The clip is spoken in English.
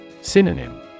Synonym